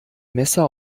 messer